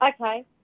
Okay